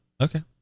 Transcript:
okay